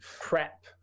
prep